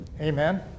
Amen